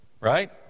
Right